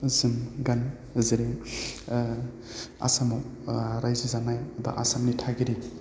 जोम गान जेरै आह आसामाव रायजो जानाय बा आसामनि थागिरि